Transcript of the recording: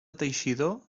teixidor